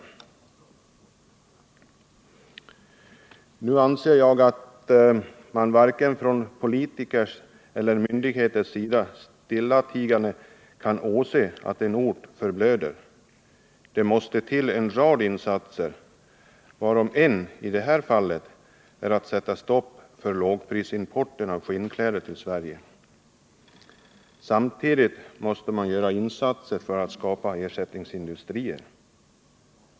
Nu anser jag att varken politiker eller myndigheter stillatigande kan åse att en ort förblöder. Det måste till en rad insatser, varav i det här fallet en är att sätta stopp för lågprisimporten av skinnkläder till Sverige. Samtidigt måste man göra insatser för att skapa ersättningsindustrier.